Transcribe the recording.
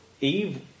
Eve